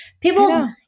People